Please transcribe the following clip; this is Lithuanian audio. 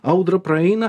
audra praeina